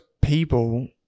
people